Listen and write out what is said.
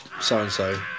so-and-so